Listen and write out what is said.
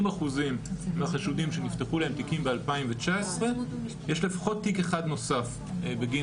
70 אחוזים מהחשודים שנפתחו להם תיקים ב-2019 יש לפחות תיק אחד נוסף בגין